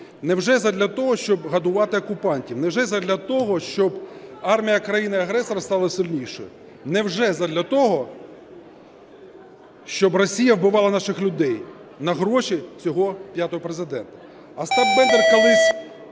Невже задля того, щоб годувати окупантів? Невже задля того, щоб армія країни-агресора стала сильнішою? Невже задля того, щоб Росія вбивала наших людей на гроші цього п'ятого Президента?